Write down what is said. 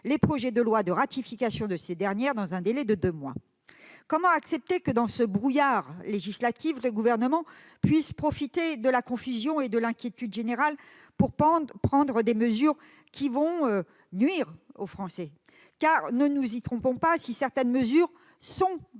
les projets de loi de ratification de ces dernières dans un délai de deux mois. Comment accepter que, dans ce brouillard législatif, le Gouvernement puisse profiter de la confusion et de l'inquiétude générale pour prendre des mesures qui vont nuire aux Français ? Ne nous y trompons pas : si certaines mesures sont